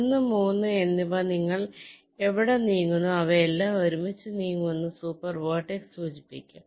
1 3 എന്നിവ നിങ്ങൾ എവിടെ നീങ്ങുന്നുവോ അവയെല്ലാം ഒരുമിച്ച് നീങ്ങുമെന്ന് സൂപ്പർ വെർട്ടെക്സ് സൂചിപ്പിക്കാം